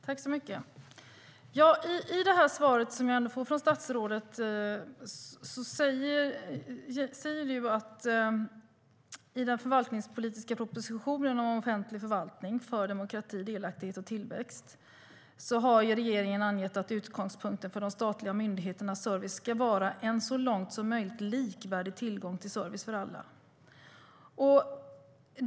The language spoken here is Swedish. Herr talman! I det svar som jag har fått från statsrådet säger han: "I den förvaltningspolitiska propositionen Offentlig förvaltning för demokrati, delaktighet och tillväxt har regeringen angett att utgångspunkten för de statliga myndigheternas service ska vara en så långt som möjligt likvärdig tillgång till service för alla."